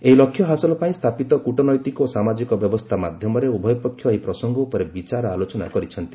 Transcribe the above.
ଏହି ଲକ୍ଷ୍ୟ ହାସଲ ପାଇଁ ସ୍ଥାପିତ କୂଟନୈତିକ ଓ ସାମାଜିକ ବ୍ୟବସ୍ଥା ମାଧ୍ୟମରେ ଉଭୟ ପକ୍ଷ ଏହି ପ୍ରସଙ୍ଗ ଉପରେ ବିଚାର ଆଲୋଚନା କରିଛନ୍ତି